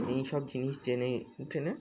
এই সব জিনিস জেনে ঠেনে